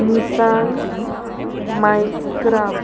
Nissan Micra